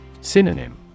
Synonym